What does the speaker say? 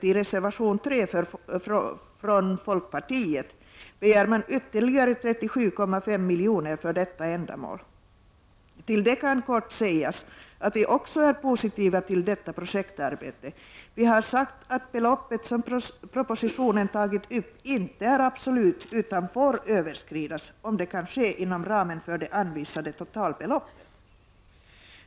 I reservation 3 begär folkpartiet ytterligare 37,5 miljoner för TUFFA-projektet. Till det kan kortfattat sägas att vi också är positiva till detta projektarbete. Vi har sagt att det belopp som propositionen tagit upp inte är absolut, utan får överskridas om det kan ske inom ramen för det anvisade totalbeloppet.